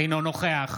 אינו נוכח